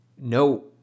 no